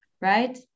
Right